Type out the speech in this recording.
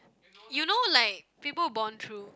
you know like people bond through